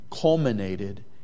culminated